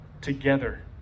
Together